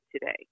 today